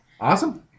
Awesome